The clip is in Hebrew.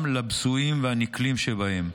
גם לבזויים והנקלים שבהם,